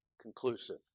conclusive